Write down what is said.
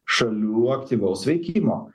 šalių aktyvaus veikimo